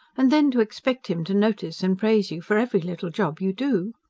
and then to expect him to notice and praise you for every little job you do!